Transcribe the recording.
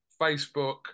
Facebook